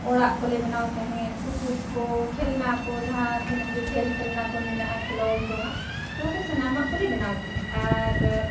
ᱚᱲᱟᱜ ᱠᱚᱞᱮ ᱵᱮᱱᱟᱣᱮᱫ ᱛᱟᱦᱮᱸᱫ ᱴᱩᱠᱩᱡᱠᱚ ᱠᱷᱮᱞᱱᱟᱠᱚ ᱡᱟᱦᱟᱸᱛᱤᱱᱟᱹᱜ ᱜᱮ ᱠᱷᱮᱞ ᱠᱷᱮᱞᱱᱟᱠᱚ ᱢᱮᱱᱟᱜᱼᱟ ᱠᱷᱮᱞᱚᱰ ᱡᱚᱝᱟᱜ ᱱᱚᱣᱟᱠᱚ ᱥᱟᱱᱟᱢᱟᱜᱠᱚᱞᱮ ᱵᱮᱱᱟᱣ ᱛᱟᱦᱮᱸᱫ ᱟᱨ